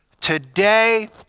Today